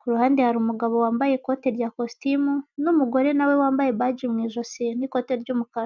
ku ruhande hari umugabo wambaye ikote rya kositime n'umugore nawe wambaye mu ijosi n'ikote ry'umukara.